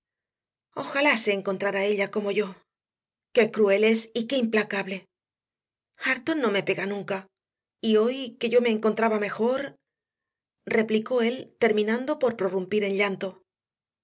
ojalá se encontrara ella como yo qué cruel es y qué implacable hareton no me pega nunca y hoy que yo me encontraba mejor replicó él terminando por prorrumpir en llanto